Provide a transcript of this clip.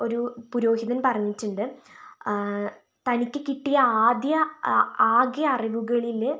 ഒരു പുരോഹിതൻ പറഞ്ഞിട്ടിണ്ട് തനിക്ക് കിട്ടിയ ആദ്യ ആകെ അറിവുകളില്